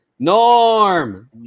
norm